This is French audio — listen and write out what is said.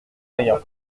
rien